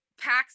packs